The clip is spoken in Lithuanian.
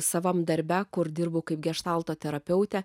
savam darbe kur dirbu kaip geštalto terapeutė